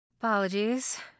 Apologies